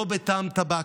לא בטעם טבק.